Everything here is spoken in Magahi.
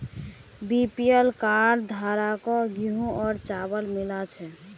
बीपीएल कार्ड धारकों गेहूं और चावल मिल छे